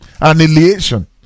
annihilation